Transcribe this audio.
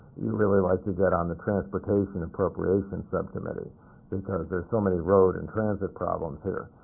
you really like to get on the transportation appropriation subcommittee because there's so many road and transit problems here.